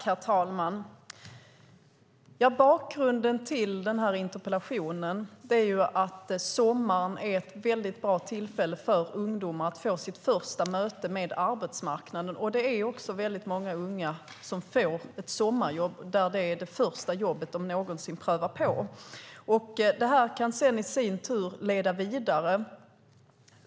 Herr talman! Bakgrunden till den här interpellationen är att sommaren är ett väldigt bra tillfälle för ungdomar att få sitt första möte med arbetsmarknaden. Det är också väldigt många unga som får ett sommarjobb som det första jobbet de någonsin prövar på. Det här kan i sin tur leda vidare.